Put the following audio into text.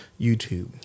youtube